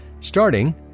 starting